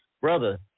Brother